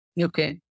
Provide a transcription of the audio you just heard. Okay